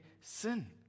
sin